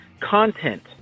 content